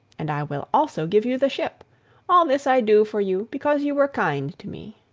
and i will also give you the ship all this i do for you because you were kind to me.